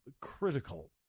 critical